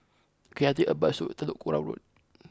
can I take a bus to Telok Kurau Road